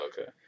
Okay